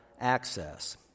access